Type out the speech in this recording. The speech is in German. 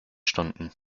stunden